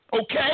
okay